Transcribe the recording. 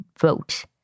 vote